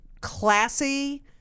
classy